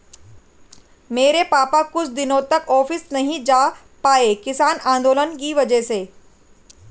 मेरे पापा कुछ दिनों तक ऑफिस नहीं जा पाए किसान आंदोलन की वजह से